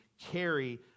carry